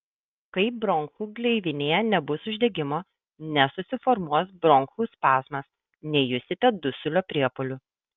kai bronchų gleivinėje nebus uždegimo nesusiformuos bronchų spazmas nejusite dusulio priepuolių